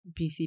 bc